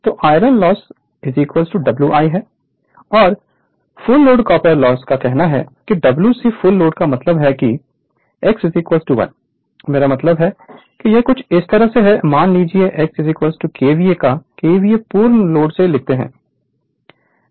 तो iron loss Wi है और फुल लोड कॉपर लॉस का कहना है कि Wc फुल लोड का मतलब है कि x 1 मेरा मतलब है कि यह कुछ इस तरह से है मान लीजिए X KVA को KVA पूर्ण लोड से लिखते हैं